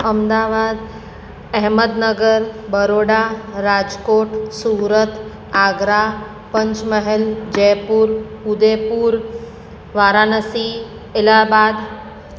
Ahmedabad Ahmednagar Baroda Rajkot Surat Agra Panchmahal Jaipur Udaipur Varanasi Allahabad